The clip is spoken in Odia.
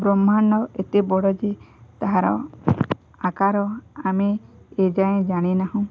ବ୍ରହ୍ମାଣ୍ଡ ଏତେ ବଡ଼ ଯେ ତାହାର ଆକାର ଆମେ ଏଯାଏଁ ଜାଣିନାହୁଁ